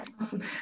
Awesome